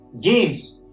games